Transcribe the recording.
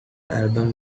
album